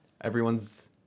everyone's